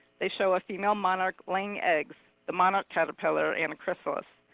they show a female monarch laying eggs, the monarch caterpillar, and a chrysalis.